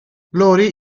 laurie